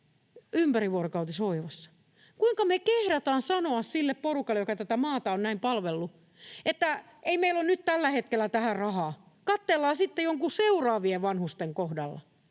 ympärivuorokautisessa hoivassa. Kuinka me kehdataan sanoa sille porukalle, joka tätä maata on näin palvellut, että ei meillä ole nyt tällä hetkellä tähän rahaa, kattellaan sitten seuraavien vanhusten kohdalla?